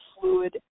fluid